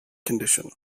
condition